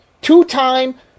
two-time